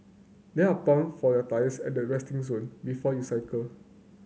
there are pump for your tyres at the resting zone before you cycle